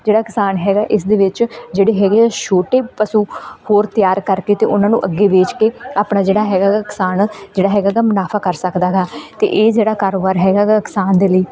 ਜਿਹੜਾ ਕਿਸਾਨ ਹੈਗਾ ਇਸਦੇ ਵਿੱਚ ਜਿਹੜੇ ਹੈਗੇ ਛੋਟੇ ਪਸ਼ੂ ਹੋਰ ਤਿਆਰ ਕਰਕੇ ਅਤੇ ਉਹਨਾਂ ਨੂੰ ਅੱਗੇ ਵੇਚ ਕੇ ਆਪਣਾ ਜਿਹੜਾ ਹੈਗਾ ਗਾ ਕਿਸਾਨ ਜਿਹੜਾ ਹੈਗਾ ਗਾ ਮੁਨਾਫ਼ਾ ਕਰ ਸਕਦਾ ਗਾ ਅਤੇ ਇਹ ਜਿਹੜਾ ਕਾਰੋਬਾਰ ਹੈਗਾ ਗਾ ਕਿਸਾਨ ਦੇ ਲਈ